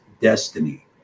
destiny